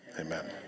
Amen